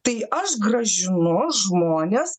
tai aš grąžinu žmones